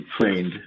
trained